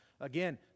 Again